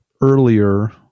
earlier